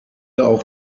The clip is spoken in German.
auch